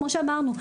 כמו שאמרנו,